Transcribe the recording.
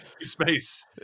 space